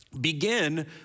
begin